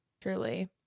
Truly